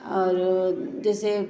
और जैसे